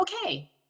Okay